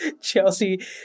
Chelsea